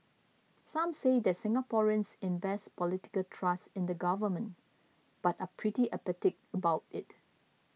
some say that Singaporeans invest political trust in the government but are pretty apathetic about it